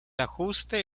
ajuste